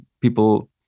people